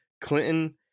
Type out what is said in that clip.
Clinton